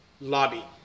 lobby